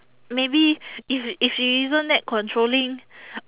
maybe if if she isn't that controlling